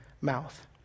mouth